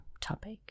topic